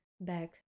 back